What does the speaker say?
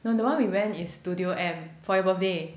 you know the one we went his studio M for your birthday